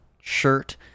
shirt